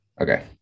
Okay